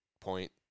point